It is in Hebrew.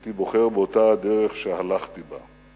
הייתי בוחר באותה הדרך שהלכתי בה".